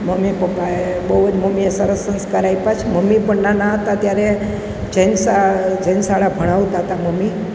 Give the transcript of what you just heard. mummy પપ્પાએ બહુ જ મમ્મીએ સરસ સંસ્કાર આપ્યા છે મમ્મી પણ નાના હતાં ત્યારે જૈન જૈન શાળા ભણાવતાં હતાં મમ્મી